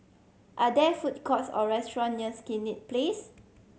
are there food courts or restaurant near Senett Place